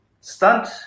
stunt